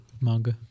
manga